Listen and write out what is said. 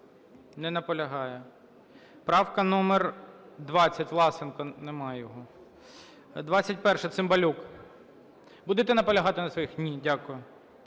Не наполягає. Правка номер 20, Власенко. Нема його. 21-а, Цимбалюк. Будете наполягати на своїх? Ні. Дякую.